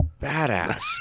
badass